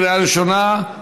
לקריאה ראשונה.